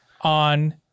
on